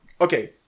okay